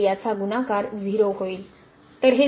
तर याचा गुणाकार 0 होईल